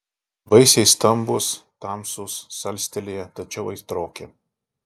vaisiai stambūs tamsūs salstelėję tačiau aitroki